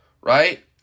right